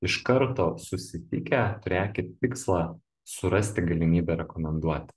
iš karto susitikę turėkit tikslą surasti galimybę rekomenduoti